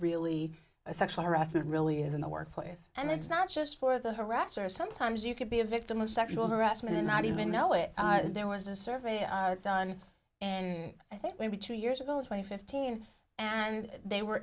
really a sexual harassment really is in the workplace and it's not just for the harassers sometimes you could be a victim of sexual harassment and not even know it there was a survey done and i think maybe two years twenty fifteen and they were